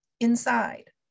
inside